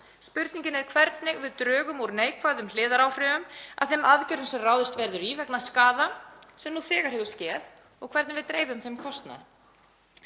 spurningin er hvernig við drögum úr neikvæðum hliðaráhrifum af þeim aðgerðum sem ráðist verður í vegna skaða sem nú þegar hefur skeð og hvernig við dreifum þeim kostnaði.